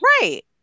right